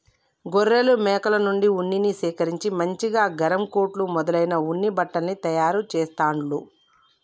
గొర్రెలు మేకల నుండి ఉన్నిని సేకరించి మంచిగా గరం కోట్లు మొదలైన ఉన్ని బట్టల్ని తయారు చెస్తాండ్లు